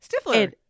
stifler